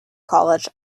college